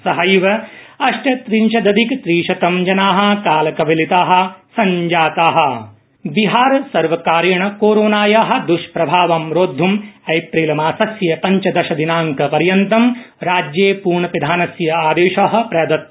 सहैवअष्टत्रिंशदधिकत्रि शतं जना कालकवलिता जाता बिहारलॉकडाउन बिहारसर्वकारेण कोरोनाया दुष्प्रभावं रोद्धुम् अप्रैलमासस्य पंचदशदिनांकपर्यन्तं राज्ये पूर्णपिधानस्य आदेश प्रदत्त